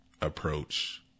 approach